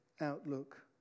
outlook